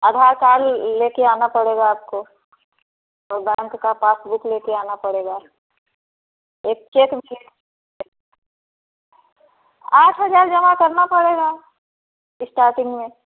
आधार card लेकर आना पड़ेगा आपको वह बैंक का पासबुक लेकर आना पड़ेगा एक चेक भी आठ हज़ार जमा करना पड़ेगा स्टार्टिंग में